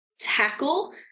tackle